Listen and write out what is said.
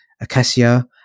Acacia